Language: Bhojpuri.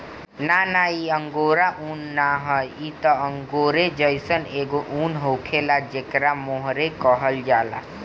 ना ना इ अंगोरा उन ना ह इ त अंगोरे जइसन एगो उन होखेला जेकरा मोहेर कहल जाला